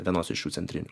vienos iš šių centrinių